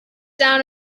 down